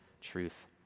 truth